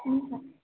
हुन्छ